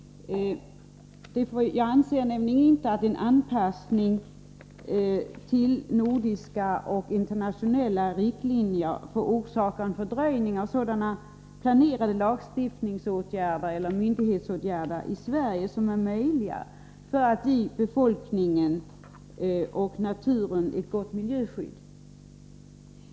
Jag anser nämligen inte att en anpassning till nordiska och internationella riktlinjer får orsaka en fördröjning av sådana planerade lagstiftningsåtgärder eller myndighetsåtgärder i Sverige som är möjliga för att ge befolkningen och naturen ett gott miljöskydd.